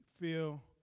feel